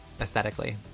aesthetically